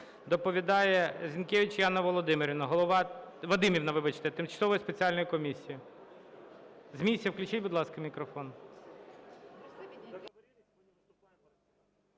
Доповідає Зінкевич Яна Володимирівна - голова, Вадимівна, вибачте, тимчасової спеціальної комісії. З місця включіть, будь ласка, мікрофон.